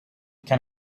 can